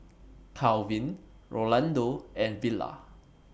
Kalvin Rolando and Villa